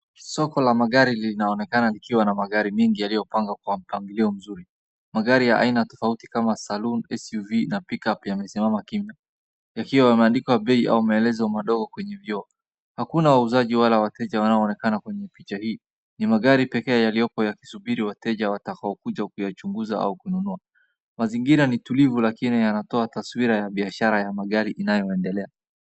Soko la magari linaonekana likiwa na magari mingi yaliyopangwa kwa mpangilio mzuri. Magari ya aina tofauti kama Saloon, SUV na Pickup yamesimama kimya. Yakiwa yameandikwa bei au maelezo madogo kwenye vioo. Hakuna wauzaji wala wateja wanaonekana kwenye picha hii. Ni magari pekee yaliyopo yakisubiri wateja watakaokuja kuyachunguza au kununua. Mazingira ni tulivu lakini yanatoa taswira ya biashara ya magari inayoendelea.